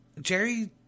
Jerry